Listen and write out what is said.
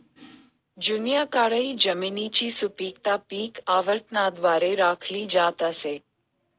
जुन्या काळी जमिनीची सुपीकता पीक आवर्तनाद्वारे राखली जात असे